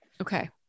Okay